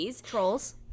trolls